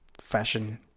fashion